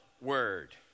word